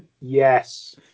Yes